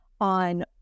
on